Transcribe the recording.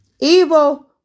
Evil